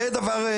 הגברת שטאובר